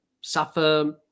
suffer